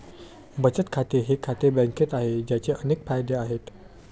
बचत खाते हे खाते बँकेत आहे, ज्याचे अनेक फायदे आहेत